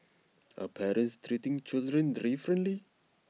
are parents treating children differently